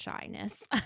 shyness